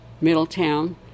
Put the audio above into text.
Middletown